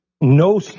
no